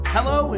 Hello